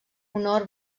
honor